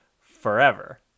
forever